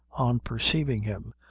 on perceiving him,